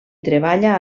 treballa